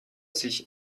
sich